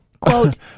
quote